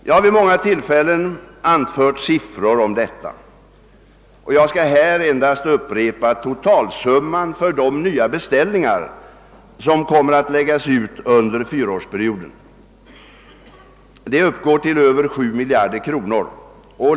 Jag har vid många tillfällen anfört siffror om detta, och jag skall därför här endast upprepa totalsumman för de nya beställningar som kommer att läggas ut under fyraårsperioden. De uppgår till över 7 miljarder kronor.